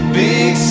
big